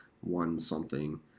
one-something